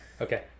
Okay